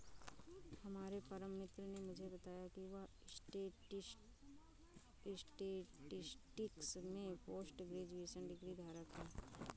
हमारे परम मित्र ने मुझे बताया की वह स्टेटिस्टिक्स में पोस्ट ग्रेजुएशन डिग्री धारक है